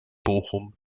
bochum